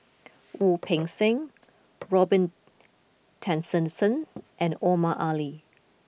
Wu Peng Seng Robin Tessensohn and Omar Ali